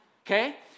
Okay